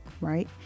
right